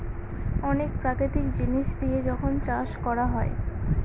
অনেক প্রাকৃতিক জিনিস দিয়ে যখন চাষ করা হয়